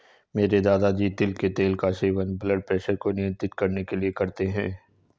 मेरे दादाजी तिल के तेल का सेवन ब्लड प्रेशर को नियंत्रित करने के लिए करते हैं